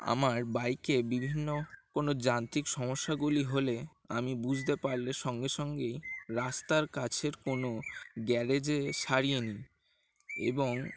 আমার বাইকে বিভিন্ন কোনো যান্ত্রিক সমস্যাগুলি হলে আমি বুঝতে পারলে সঙ্গে সঙ্গেই রাস্তার কাছের কোনো গ্যারেজে সারিয়ে নিই এবং